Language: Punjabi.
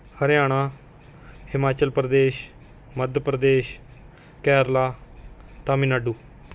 ਹਰਿਆਣਾ ਹਿਮਾਚਲ ਪ੍ਰਦੇਸ਼ ਮੱਧ ਪ੍ਰਦੇਸ਼ ਕੇਰਲਾ ਤਾਮਿਲਨਾਡੂ